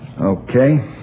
Okay